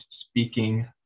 speaking